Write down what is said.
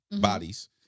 bodies